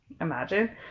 Imagine